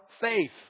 faith